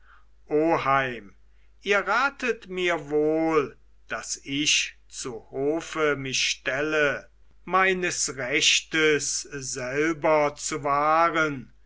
oheim ihr ratet mir wohl daß ich zu hofe mich stelle meines rechtes selber zu wahren